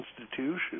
institution